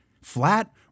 Flat